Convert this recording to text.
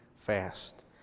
fast